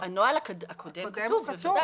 הנוהל הקודם כתוב, בוודאי.